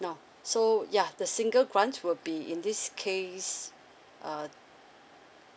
now so yeah the single grant will be in this case uh